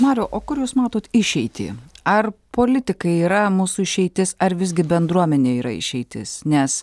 mariau o kur jūs matot išeitį ar politikai yra mūsų išeitis ar visgi bendruomenė yra išeitis nes